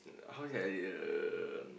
how to say I the